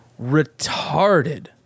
Retarded